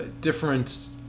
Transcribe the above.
different